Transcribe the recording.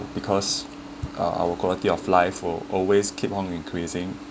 because uh our quality of life will always keep on increasing